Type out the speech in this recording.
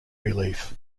relief